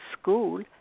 school